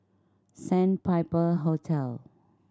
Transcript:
Sandpiper Hotel